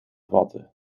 vaten